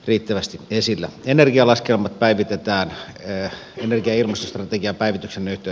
riittävästi esille energialaskelmat päivitetään yhä elinkeinostrategiapäivitys on myyty